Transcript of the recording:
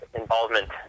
involvement